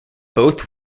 both